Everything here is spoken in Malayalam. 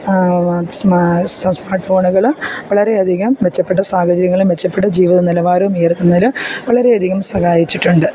സ്മാ സ്മാർട്ട് ഫോണുകൾ വളരെയധികം മെച്ചപ്പെട്ട സാഹചര്യങ്ങളും മെച്ചപ്പെട്ട ജീവിത നിലവാരവും ഉയർത്തുന്നതിൽ വളരെയധികം സഹായിച്ചിട്ടുണ്ട്